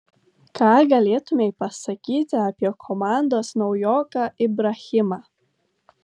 ką galėtumei pasakyti apie komandos naujoką ibrahimą